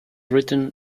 written